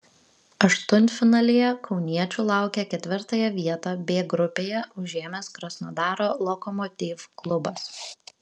aštuntfinalyje kauniečių laukia ketvirtąją vietą b grupėje užėmęs krasnodaro lokomotiv klubas